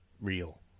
real